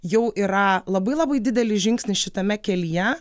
jau yra labai labai didelis žingsnis šitame kelyje